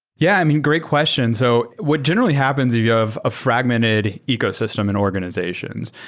yeah. i mean, great question. so what generally happens if you have a fragmented ecosystem in organizations,